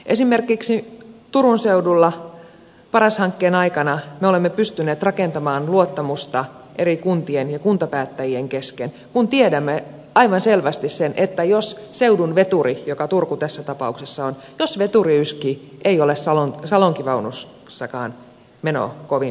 esimerkiksi turun seudulla paras hankkeen aikana me olemme pystyneet rakentamaan luottamusta eri kuntien ja kuntapäättäjien kesken kun tiedämme aivan selvästi sen että jos seudun veturi joka turku tässä tapauksessa on yskii ei ole salonkivaunussakaan meno kovin juhlallista